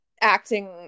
acting